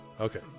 Okay